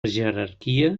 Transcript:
jerarquia